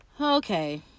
Okay